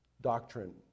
doctrine